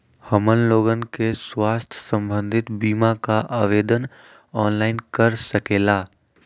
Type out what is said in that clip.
हमन लोगन के स्वास्थ्य संबंधित बिमा का आवेदन ऑनलाइन कर सकेला?